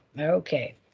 Okay